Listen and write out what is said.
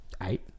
Eight